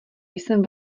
jsem